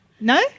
No